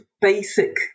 basic